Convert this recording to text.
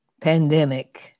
pandemic